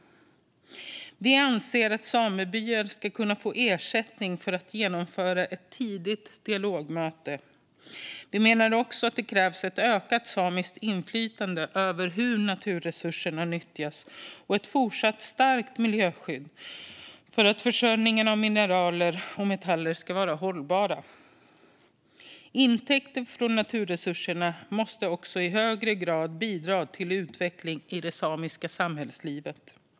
Vi anser att samebyar ska kunna få ersättning för att genomföra ett tidigt dialogmöte. Vi menar också att det krävs ett ökat samiskt inflytande över hur naturresurserna nyttjas, liksom ett fortsatt starkt miljöskydd för att försörjningen av mineral och metaller ska vara hållbar. Intäkter från naturresurserna måste också i högre grad bidra till utveckling i det samiska samhällslivet.